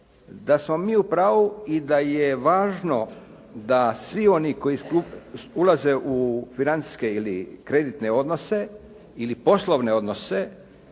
Da smo mi u pravu i da je važno da svi oni koji ulaze u financijske ili kreditne odnose ili poslovne odnose,